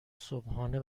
صبحانه